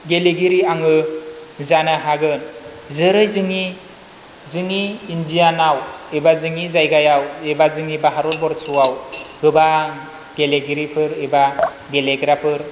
गेलेगिरि आङो जानो हागोन जेरै जोंनि जोंनि इण्डियानाव एबा जोंनि जायगायाव एबा जोंनि भारतबर्षआव गोबां गेलेगिरिफोर एबा गेलेग्राफोर